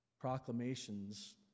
proclamations